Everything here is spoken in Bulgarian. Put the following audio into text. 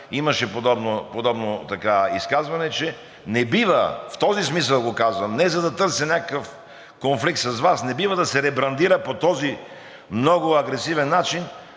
имаше подобно изказване, че не бива – в този смисъл го казвам, а не за да търся някакъв конфликт с Вас, не бива да се ребрандира по този много агресивен начин.